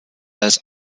als